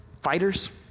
Fighters